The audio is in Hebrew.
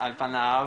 על פניו,